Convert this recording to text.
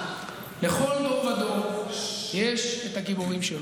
לכל דור ודור יש הגיבורים שלו,